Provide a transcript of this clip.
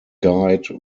guide